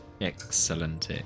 Excellent